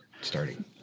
starting